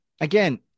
again